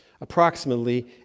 approximately